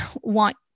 want